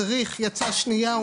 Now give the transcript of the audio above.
מדריך יצא שנייה,